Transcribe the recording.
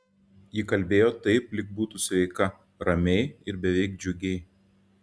ji kalbėjo taip lyg būtų sveika ramiai ir beveik džiugiai